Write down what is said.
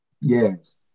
Yes